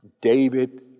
David